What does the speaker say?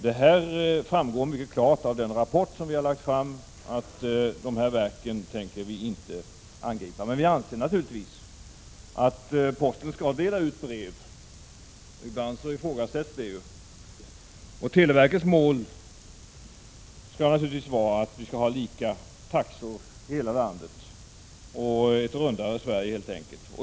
Det framgår mycket klart av den rapport som vi har lagt fram, att vi inte tänker angripa dessa verk. Men vi anser naturligtvis att posten skall dela ut brev. Ibland ifrågasätts det ju. Och televerkets mål skall naturligtvis vara att vi skall ha lika taxor i hela landet — ett rundare Sverige helt enkelt.